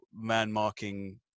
man-marking